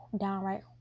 downright